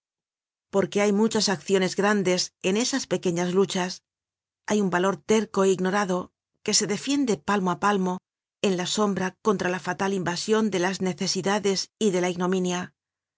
porque hay muchas acciones grandes en esas pequeñas luchas hay valor terco é ignorado que se defiende palmo á palmo en la sombra contra la fatal invasion de las necesidades y de la ignominia